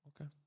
Okay